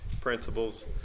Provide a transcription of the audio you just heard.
principles